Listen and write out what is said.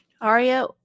Aria